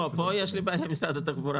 פה יש לי בעיה עם משרד התחבורה.